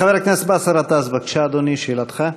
חבר הכנסת באסל גטאס, בבקשה, אדוני, שאלתך.